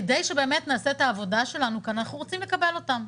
כדי שבאמת נעשה את העבודה שלנו כאן אנחנו רוצים לקבל אותם.